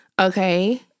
Okay